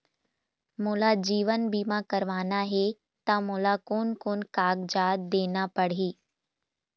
मोला जीवन बीमा करवाना हे ता मोला कोन कोन कागजात देना पड़ही?